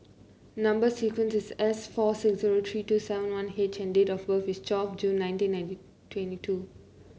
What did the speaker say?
number sequence is S four six zero three two seven one H and date of birth is twelve June nineteen nineteen twenty two